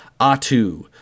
Atu